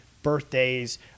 birthdays